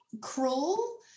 cruel